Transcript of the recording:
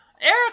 Eric